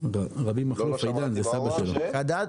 דבר פשוט.